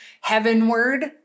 heavenward